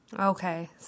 Okay